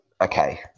okay